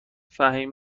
فهمیه